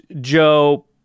Joe